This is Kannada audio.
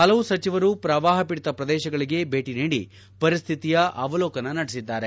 ಹಲವು ಸಚಿವರು ಪ್ರವಾಹ ಪೀಡಿತ ಪ್ರದೇಶಗಳಿಗೆ ಭೇಟಿ ನೀಡಿ ಪರಿಸ್ಥಿತಿಯ ಅವಲೋಕನ ನಡೆಸಿದ್ದಾರೆ